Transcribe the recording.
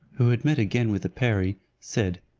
who had met again with the perie, said,